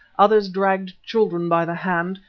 others dragged children by the hand,